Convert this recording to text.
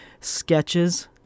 sketches